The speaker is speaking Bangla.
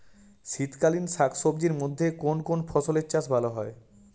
শীতকালীন শাকসবজির মধ্যে কোন কোন ফসলের চাষ ভালো হয়?